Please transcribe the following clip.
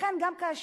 לכן גם כאשר,